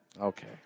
Okay